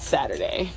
Saturday